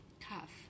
cuff